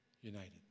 united